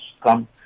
come